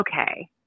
okay